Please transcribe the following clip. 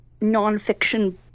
nonfiction